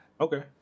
Okay